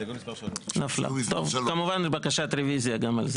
הסתייגות מספר 3. כמובן, בקשה רביזיה גם על זה.